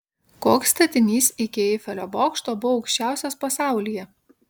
koks statinys iki eifelio bokšto buvo aukščiausias pasaulyje